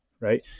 right